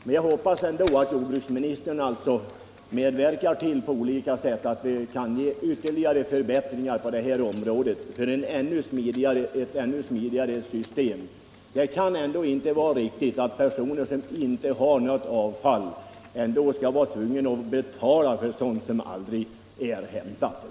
Men jag hoppas ändå att jordbruksministern på olika sätt medverkar till ytterligare förbättringar på detta område så att vi får ett ännu smidigare system. Det kan inte vara riktigt att personer som inte har något avfall skall vara tvungna att betala för sådant som aldrig blir hämtat.